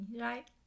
right